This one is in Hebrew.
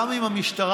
גם עם המשטרה,